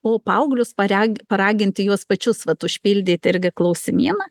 o paauglius pareg paraginti juos pačius vat užpildyt irgi klausimyną